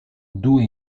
due